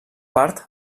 part